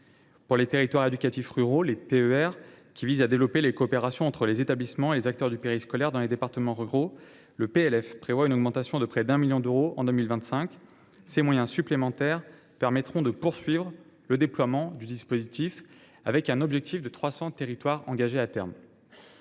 Pour les territoires éducatifs ruraux (TER), qui visent à développer les coopérations entre les établissements et les acteurs du périscolaire dans les départements ruraux, le PLF prévoit une augmentation de près de 1 million d’euros en 2025. Ces moyens supplémentaires permettront de poursuivre le déploiement du dispositif avec un objectif de 300 territoires engagés à terme.